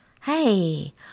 Hey